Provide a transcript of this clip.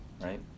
right